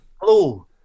Hello